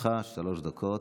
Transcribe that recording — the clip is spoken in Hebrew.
לרשותך שלוש דקות,